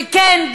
וכן,